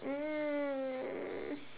mm